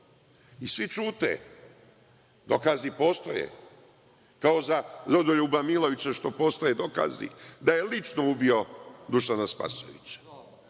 I, svi ćute. Dokazi postoje. Kao za Rodoljuba Milovića što postoje dokazi da je lično ubio Dušana Spasojevića.(Čedomir